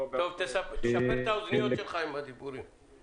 שתי האופציות גרועות יותר